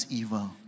evil